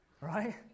Right